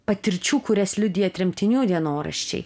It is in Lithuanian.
patirčių kurias liudija tremtinių dienoraščiai